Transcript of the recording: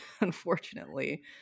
unfortunately